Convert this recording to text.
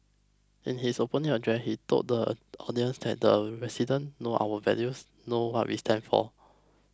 in his opening address he told the audience that the residents know our values know what we stand for